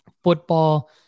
football